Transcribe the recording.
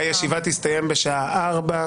הישיבה תסתיים ב-16:00.